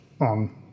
on